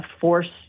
force